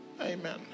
Amen